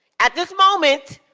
at this moment,